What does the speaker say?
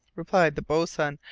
replied the boatswain,